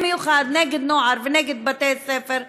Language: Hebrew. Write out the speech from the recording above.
במיוחד נגד נוער ונגד בתי-ספר.